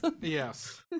Yes